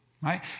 right